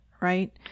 right